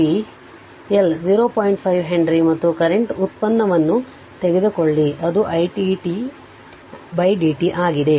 5 Henry ಮತ್ತು current ವ್ಯುತ್ಪನ್ನವನ್ನು ತೆಗೆದುಕೊಳ್ಳಿ ಅದು i t di t dt ಆಗಿದೆ